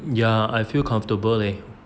ya I feel comfortable leh